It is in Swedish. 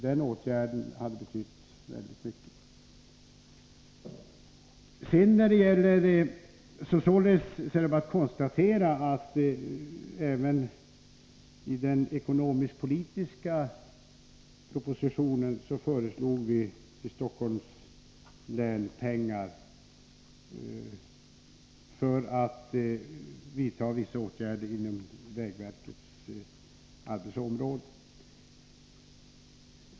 Den åtgärden hade betytt väldigt mycket. Men det är bara att konstatera att även i den ekonomisk-politiska propositionen föreslog vi att pengar skulle anvisas till Stockholms län för vissa åtgärder inom vägverkets arbetsområde.